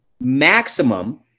maximum